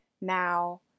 Now